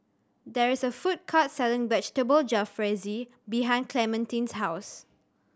there is a food court selling Vegetable Jalfrezi behind Clementine's house